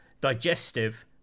Digestive